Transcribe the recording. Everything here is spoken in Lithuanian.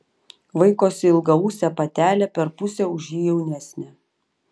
vaikosi ilgaūsę patelę per pusę už jį jaunesnę